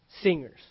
singers